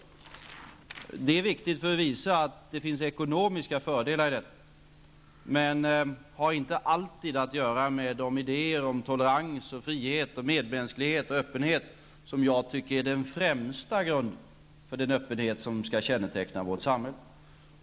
Det är viktigt för att visa att det finns ekonomiska fördelar. Men det har inte alltid att göra med idéerna om tolerans, frihet, medmänsklighet som jag tycker är den främsta grunden för den öppenhet som skall känneteckna vårt samhälle.